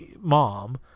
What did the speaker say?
mom